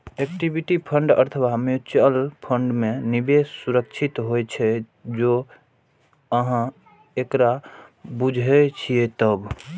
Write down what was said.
equity fund अथवा mutual fund मे निवेश सुरक्षित होइ छै, जौं अहां एकरा बूझे छियै तब